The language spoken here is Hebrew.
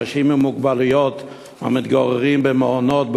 אנשים עם מוגבלות המתגוררים במעונות,